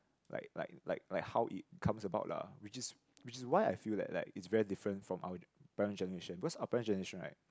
like like like like how it comes about lah which is which is why I feel like like it's very different from our parent generation because our parent generation right